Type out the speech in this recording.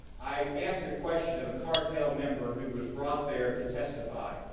i asked a question of a cartel member who was brought there to testify.